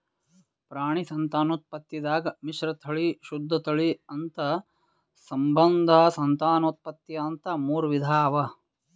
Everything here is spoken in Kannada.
ಪ್ರಾಣಿ ಸಂತಾನೋತ್ಪತ್ತಿದಾಗ್ ಮಿಶ್ರತಳಿ, ಶುದ್ಧ ತಳಿ, ಅಂತಸ್ಸಂಬಂಧ ಸಂತಾನೋತ್ಪತ್ತಿ ಅಂತಾ ಮೂರ್ ವಿಧಾ ಅವಾ